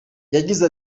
yagize